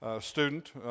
student